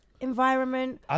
environment